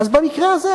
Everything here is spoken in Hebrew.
במקרה הזה,